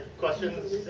questions